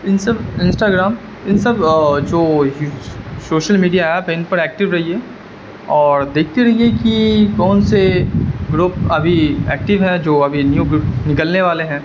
ان سب Instagram ان سب جو سوشل میڈیا ایپ ہے ان پر ایکٹو رہیے اور دیکھتے رہتے کہ کون سے گروپ ابھی ایکٹو ہے جو ابھی نیو گروپ نکلنے والے ہیں